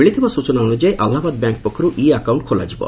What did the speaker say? ମିଳିଥିବା ସ୍ଚନା ଅନୁଯାୟୀ ଆହ୍ଲାବାଦ୍ ବ୍ୟାଙ୍କ ପକ୍ଷରୁ ଇ ଆକାଉଷ୍କ ଖୋଲାଯିବ